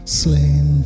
slain